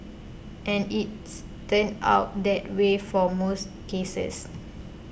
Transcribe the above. and it's turned out that way for most cases